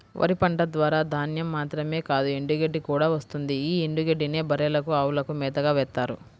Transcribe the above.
వరి పంట ద్వారా ధాన్యం మాత్రమే కాదు ఎండుగడ్డి కూడా వస్తుంది యీ ఎండుగడ్డినే బర్రెలకు, అవులకు మేతగా వేత్తారు